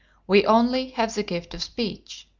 we only have the gift of speech.